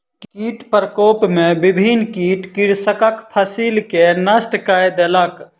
कीट प्रकोप में विभिन्न कीट कृषकक फसिल के नष्ट कय देलक